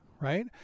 right